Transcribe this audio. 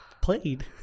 played